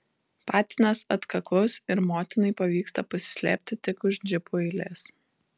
patinas atkaklus ir motinai pavyksta pasislėpti tik už džipų eilės